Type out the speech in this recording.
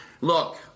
Look